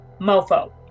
mofo